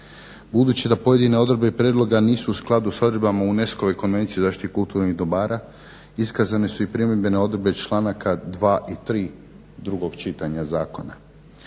Budući da pojedine odredbe prijedloga nisu u skladu s odredbama UNESCO-ove Konvencije za zaštitu kulturnih dobara, iskazane su i primjedbe na odredbe članaka 2 i 3 drugog čitanja zakona.